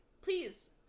Please